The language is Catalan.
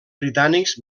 britànics